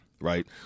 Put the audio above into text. right